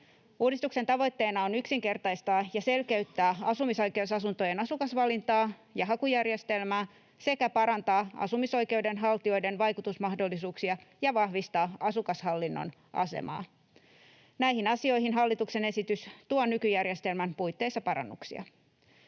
Uudistuksen tavoitteena on yksinkertaistaa ja selkeyttää asumisoikeusasuntojen asukasvalintaa ja hakujärjestelmää sekä parantaa asumisoikeuden haltijoiden vaikutusmahdollisuuksia ja vahvistaa asukashallinnon asemaa. Näihin asioihin hallituksen esitys tuo nykyjärjestelmän puitteissa parannuksia.